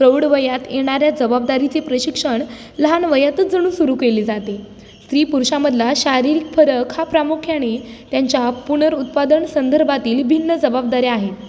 प्रौद्धवयात येणाऱ्या जबाबदारीचे प्रशिक्षण लहान वयातच जणू सुरू केली जाते स्त्री पुरुषांमधला शारीरिक फरक हा प्रामुख्याने त्यांच्या पुनरुत्पादन संदर्भातील भिन्न जबाबदाऱ्या आहेत